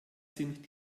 sind